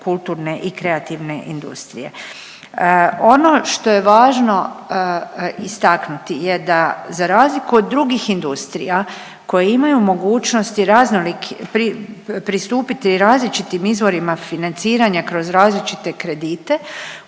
kulturne i kreativne industrije. Ono što je važno istaknuti je da za razliku od drugih industrija koje imaju mogućnosti raznoliki… pristupiti različitim izvorima financiranja kroz različite kredite